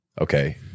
okay